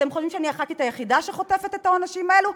אתם חושבים שאני חברת הכנסת היחידה שחוטפת את העונשים האלה?